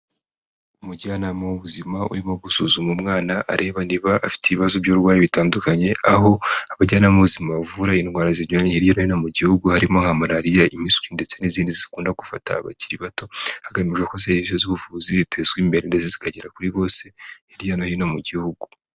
Umujyanama w'ubuzima urimo gusuzuma umwana areba niba afite ibibazo by'uburwayi bitandukanye. Aho abajyana b'ubuzima bavura indwara zinyuranye hirya no hino mu gihugu harimo nka malariya, impiswi ndetse n'izindi zikunda gufata abakiri bato hagamijwe ko serivisi z'ubuvuzi zitezwa imbere ndetse zikagera kuri bose hirya no hino mu gihugu.